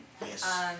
Yes